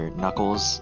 knuckles